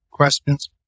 Questions